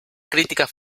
críticas